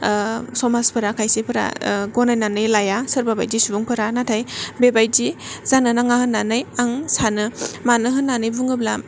समाजफोरा खायसेफोरा गनायनानै लाया सोरबा बादि सुबुंफोरा नाथाय बेबादि जानो नाङा होन्नानै आं सानो मानो होन्नानै बुङोब्ला